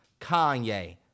Kanye